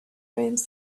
brains